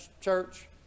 church